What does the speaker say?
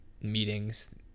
meetings